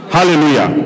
Hallelujah